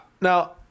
Now